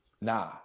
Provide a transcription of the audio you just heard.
nah